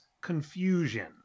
confusion